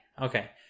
okay